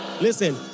Listen